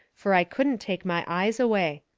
fur i couldn't take my eyes away.